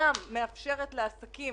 גם מאפשרת לעסקים